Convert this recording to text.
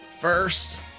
First